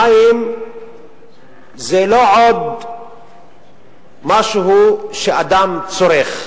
מים זה לא עוד משהו שאדם צורך.